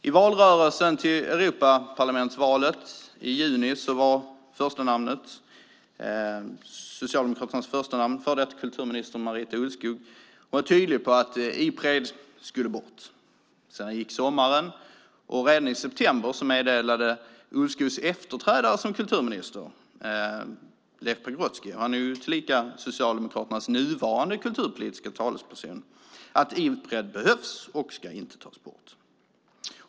I valrörelsen inför Europaparlamentsvalet i juni var Socialdemokraternas första namn, före detta kulturministern Marita Ulvskog, tydlig med att Ipred skulle bort. Sedan gick sommaren, och redan i september meddelade Ulvskogs efterträdare som kulturminister, Leif Pagrotsky, som är Socialdemokraternas nuvarande kulturpolitiske talesperson, att Ipred behövs och inte ska tas bort.